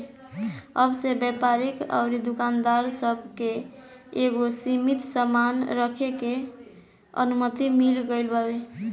अब से व्यापारी अउरी दुकानदार सब के एगो सीमित सामान रखे के अनुमति मिल गईल बावे